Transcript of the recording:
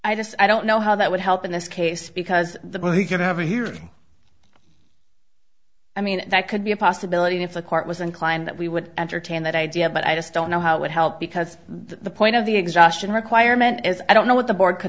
i just i don't know how that would help in this case because the bill he can have a hearing i mean that could be a possibility if the court was inclined that we would entertain that idea but i just don't know how it would help because the point of the exhaustion requirement is i don't know what the board could